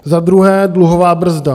Za druhé dluhová brzda.